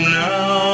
now